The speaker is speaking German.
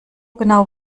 genau